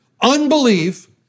Unbelief